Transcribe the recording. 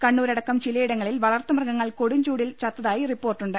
കണ്ണൂരടക്കം ചിലയിടങ്ങളിൽ വളർത്തുമൃ ഗങ്ങൾ കൊടുംചൂടിൽ ചത്തായി റിപ്പോർട്ടുണ്ട്